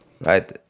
right